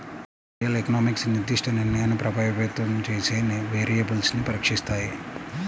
financial economics నిర్దిష్ట నిర్ణయాన్ని ప్రభావితం చేసే వేరియబుల్స్ను పరీక్షిస్తాయి